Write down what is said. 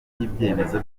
ry’ibyemezo